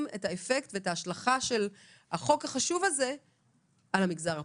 את האפקט ואת ההשלכה של החוק החשוב הזה על המגזר הפרטי.